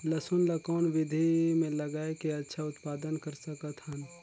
लसुन ल कौन विधि मे लगाय के अच्छा उत्पादन कर सकत हन?